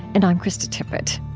and i'm krista tippett